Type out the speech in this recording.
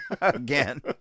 Again